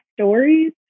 stories